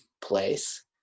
place